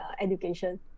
Education